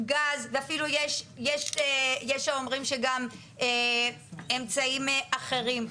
גז ויש אומרים שגם אמצעים אחרים.